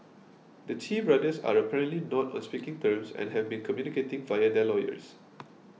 the Chee brothers are apparently not on speaking terms and have been communicating via their lawyers